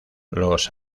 los